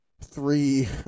three